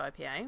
IPA